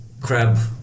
Crab